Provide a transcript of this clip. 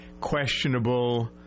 questionable